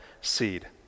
seed